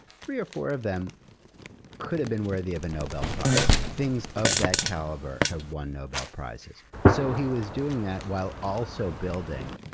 three or four of them could have been worthy of a nobel prize. things of that caliber have won nobel prizes. so he was doing that while also building